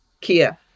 Kia